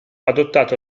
adottato